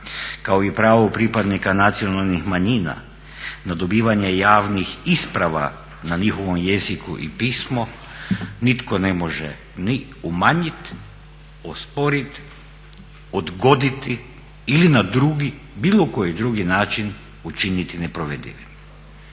kao i pravo pripadnika nacionalnih manjina na dobivanje javnih isprava na njihovom jeziku i pismu, nitko ne može ni umanjit, osporiti, odgoditi ili na bilo koji drugi način učiniti neprovedivim.